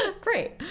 Great